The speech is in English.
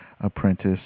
apprentice